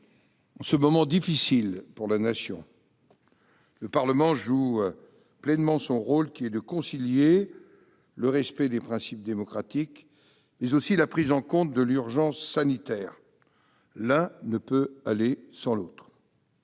En ce moment difficile pour la Nation, le Parlement joue pleinement son rôle, qui est de concilier le respect des principes démocratiques et la prise en compte de l'urgence sanitaire. L'un ne peut aller sans l'autre.